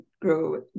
grow